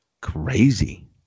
crazy